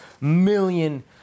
million